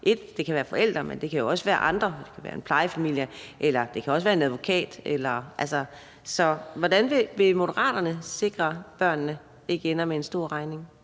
Det kan være forældrene, men det kan jo også være andre som f.eks. en plejefamilie eller en advokat. Så hvordan vil Moderaterne sikre, at børnene ikke ender med en stor regning?